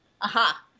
aha